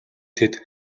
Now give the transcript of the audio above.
тэд